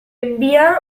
envía